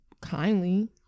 Kindly